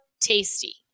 tasty